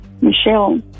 Michelle